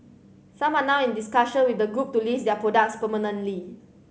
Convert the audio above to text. some are now in discussion with the group to list their products permanently